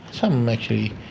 some actually